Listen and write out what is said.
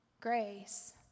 grace